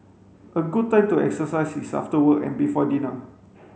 a good time to exercise is after work and before dinner